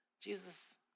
Jesus